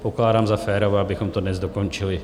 Pokládám za férové, abychom to dnes dokončili.